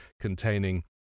containing